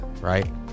right